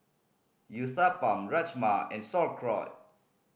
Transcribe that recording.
Uthapam Rajma and Sauerkraut